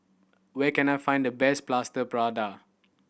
where can I find the best Plaster Prata